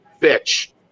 bitch